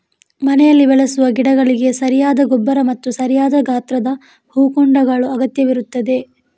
ಮನೆಯಲ್ಲಿ ಬೆಳೆಸುವ ಗಿಡಗಳಿಗೆ ಸರಿಯಾದ ಗೊಬ್ಬರ ಮತ್ತು ಸರಿಯಾದ ಗಾತ್ರದ ಹೂಕುಂಡಗಳ ಅಗತ್ಯವಿರುತ್ತದೆ